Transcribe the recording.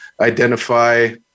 identify